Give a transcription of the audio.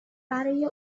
برای